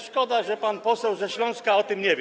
Szkoda, że pan poseł ze Śląska o tym nie wie.